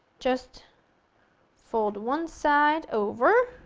just fold one side over.